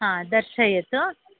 हा दर्शयतु